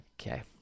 okay